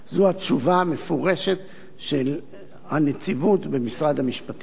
זו התשובה המפורשת של הנציבות במשרד המשפטים.